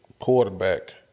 quarterback